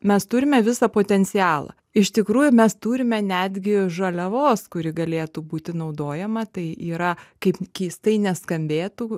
mes turime visą potencialą iš tikrųjų mes turime netgi žaliavos kuri galėtų būti naudojama tai yra kaip keistai neskambėtų